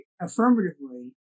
affirmatively